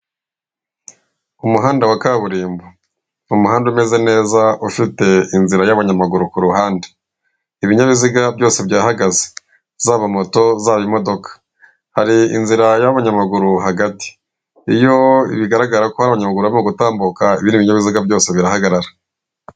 Umuhanda wa kaburimbo. Ni umuhanda umeze neza, ufite inzira y'abanyamaguru ku ruhande. Ibinyabiziga byose byahagaze. Zaba moto, zaba imodoka. Hari inzira y'abanyamaguru hagati. Iyo bigaragara ko hari abanyamaguru barimo gutambuka, ibindi binyabiziga byose birahagarara.